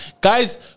guys